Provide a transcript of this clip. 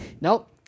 Nope